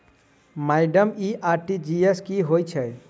Madam इ RTGS की होइ छैय?